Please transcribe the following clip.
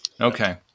Okay